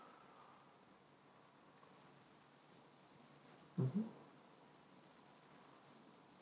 mmhmm